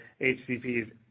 HCPs